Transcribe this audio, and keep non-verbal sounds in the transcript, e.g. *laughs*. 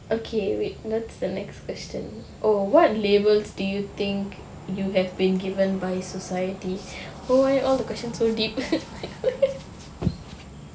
okay wait what's the next question oh what labels do you think you have been given by society why all the question so deep *laughs*